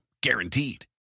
Guaranteed